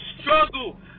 struggle